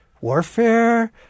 warfare